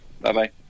Bye-bye